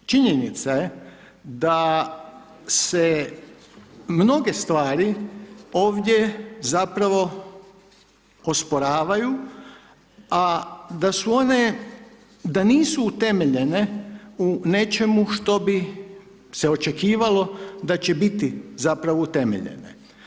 Osim toga, činjenica je da se mnoge stvari, ovdje zapravo osporavaju, a da su one, da nisu utemeljene u nečemu što bi se očekivalo da će biti zapravo biti utemeljene.